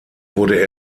wurde